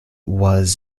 was